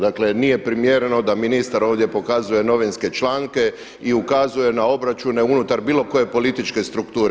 Dakle nije primjereno da ministar ovdje pokazuje novinske članke i ukazuje na obračune unutar bilo koje političke strukture.